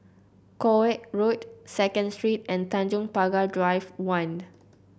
Koek Road Second Street and Tanjong Pagar Drive One